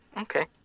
Okay